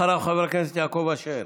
אחריו, חבר הכנסת יעקב אשר.